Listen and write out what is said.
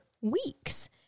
weeks